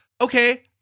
okay